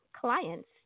clients